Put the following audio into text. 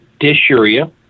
dysuria